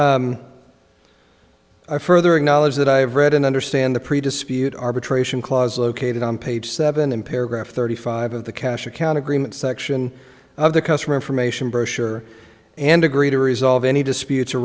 i further acknowledge that i have read and understand the predisposed arbitration clause located on page seven in paragraph thirty five of the cash account agreement section of the customer information brochure and agreed to resolve any disputes ar